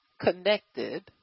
connected